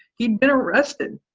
he'd been arrested.